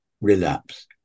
relapse